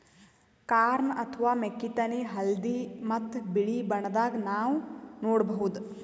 corn ಅಥವಾ ಮೆಕ್ಕಿತೆನಿ ಹಳ್ದಿ ಮತ್ತ್ ಬಿಳಿ ಬಣ್ಣದಾಗ್ ನಾವ್ ನೋಡಬಹುದ್